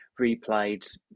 replayed